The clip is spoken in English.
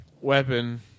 weapon